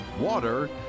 water